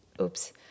oops